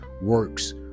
works